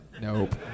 nope